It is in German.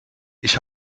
ich